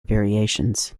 variations